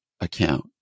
account